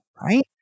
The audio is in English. right